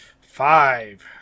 Five